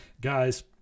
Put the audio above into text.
guys